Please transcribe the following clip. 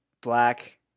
black